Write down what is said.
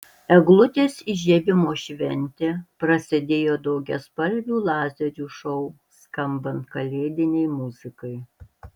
eglutės įžiebimo šventė prasidėjo daugiaspalvių lazerių šou skambant kalėdinei muzikai